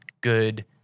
good